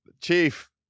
Chief